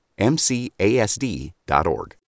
mcasd.org